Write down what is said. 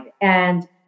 And-